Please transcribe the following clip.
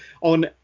on